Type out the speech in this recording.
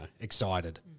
excited